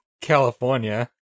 California